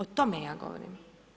O tome ja govorim.